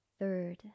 third